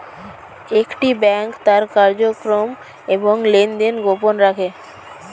একটি ব্যাংক তার কার্যক্রম এবং লেনদেন গোপন রাখে